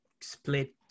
split